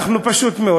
פשוט מאוד,